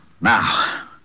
Now